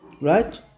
Right